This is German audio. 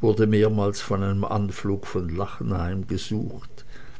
wurde mehrmals von einem anflug von lachen